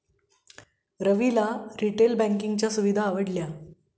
रविला रिटेल बँकिंगच्या सुविधा आवडल्या